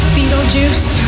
Beetlejuice